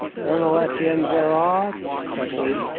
colonel etienne gerard, said he,